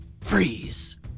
Freeze